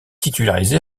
titularisé